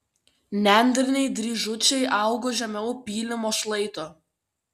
nendriniai dryžučiai augo žemiau pylimo šlaito